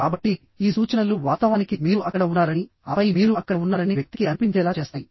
కాబట్టిఈ సూచనలు వాస్తవానికి మీరు అక్కడ ఉన్నారనిఆపై మీరు అక్కడ ఉన్నారని వ్యక్తికి అనిపించేలా చేస్తాయి